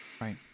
Right